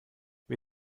wir